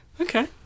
Okay